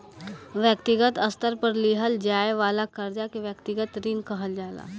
व्यक्तिगत स्तर पर लिहल जाये वाला कर्जा के व्यक्तिगत ऋण कहल जाला